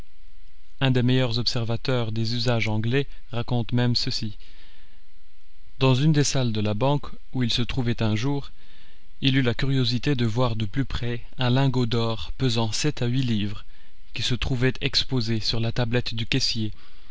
un des meilleurs observateurs des usages anglais raconte même ceci dans une des salles de la banque où il se trouvait un jour il eut la curiosité de voir de plus pris un lingot d'or pesant sept à huit livres qui se trouvait exposé sur la tablette du caissier